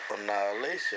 annihilation